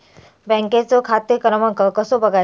बँकेचो खाते क्रमांक कसो बगायचो?